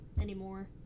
anymore